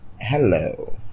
Hello